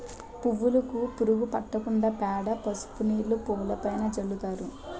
పువ్వులుకు పురుగు పట్టకుండా పేడ, పసుపు నీళ్లు పువ్వులుపైన చల్లుతారు